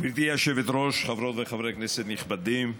גברתי היושבת-ראש, חברות וחברי כנסת נכבדים,